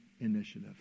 initiative